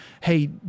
Hey